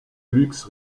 luxe